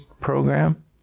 program